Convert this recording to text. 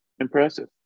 impressive